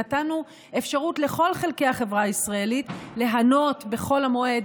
נתנו אפשרות לכל חלקי החברה הישראלית ליהנות בחול המועד